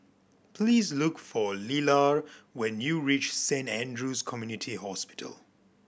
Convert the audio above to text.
please look for Lelar when you reach Saint Andrew's Community Hospital